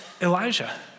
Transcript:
Elijah